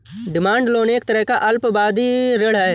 demand loan एक तरह का अल्पावधि ऋण है